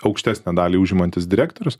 aukštesnę dalį užimantis direktorius